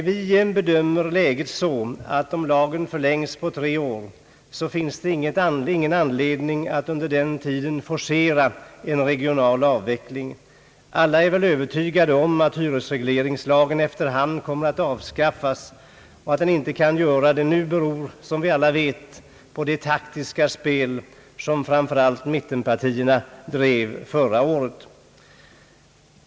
Vi bedömer läget så att om lagen förlängs med tre år, finns det ingen anledning att under den tiden forcera en regional avveckling. Alla är väl övertygade om att hyresregleringslagen efter hand kommer att avskaffas. Att detta inte kan ske nu beror, som alla vet, på det taktiska spel som framför allt mittenpartierna drev förra året.